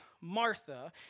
Martha